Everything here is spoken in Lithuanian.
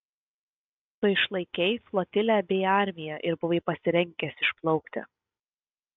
tu išlaikei flotilę bei armiją ir buvai pasirengęs išplaukti